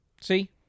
See